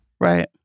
Right